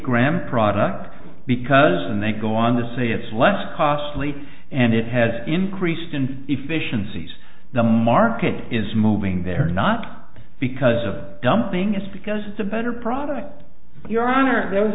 gram product because when they go on the say it's less costly and it has increased in efficiencies the market is moving there not because of dumping it's because it's a better product your honor there was